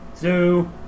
two